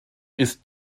ist